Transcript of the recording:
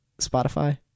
spotify